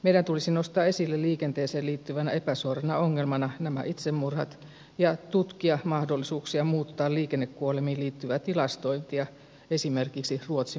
meidän tulisi nostaa esille liikenteeseen liittyvänä epäsuorana ongelmana nämä itsemurhat ja tutkia mahdollisuuksia muuttaa liikennekuolemiin liittyvää tilastointia esimerkiksi ruotsin mallin mukaan